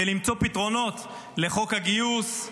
ולמצוא פתרונות לחוק הגיוס,